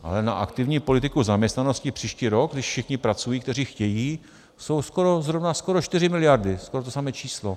Ale na aktivní politiku zaměstnanosti příští rok, když všichni pracují, kteří chtějí, jsou skoro zrovna 4 mld., skoro to samé číslo.